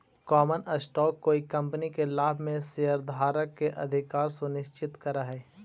common stock कोई company के लाभ में शेयरधारक के अधिकार सुनिश्चित करऽ हई